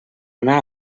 anar